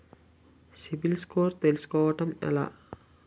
CIBIL score తెల్సుకోటం ఎలా?